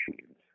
machines